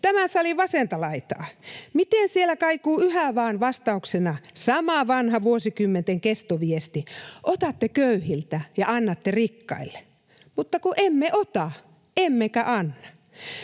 tämän salin vasenta laitaa. Miten siellä kaikuu yhä vaan vastauksena sama vanha vuosikymmenten kestoviesti ”otatte köyhiltä ja annatte rikkaille”. Mutta kun emme ota, emmekä anna.